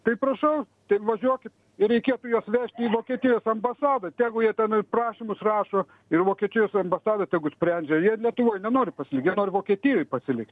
tai prašau tai važiuokit ir reikėtų juos vežti į vokietijos ambasadą tegu jie tenai prašymus rašo ir vokietijos ambasada tegu sprendžia jie lietuvoj nenori pasilikt jie nori vokietijoj pasilikt